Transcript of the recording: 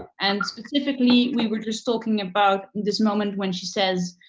and specifically we were just talking about this moment when she says,